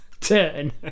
turn